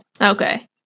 Okay